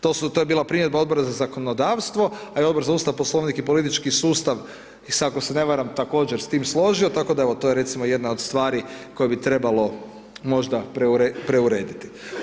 To su, to je bila primjedba Odbora za zakonodavstvo, a i Odbor za Ustav, Poslovnik i politički sustav jest, ako se ne varam također s tim složio, tako da evo to je recimo jedna od stvari koje bi trebalo možda preurediti.